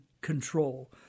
control